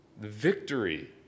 victory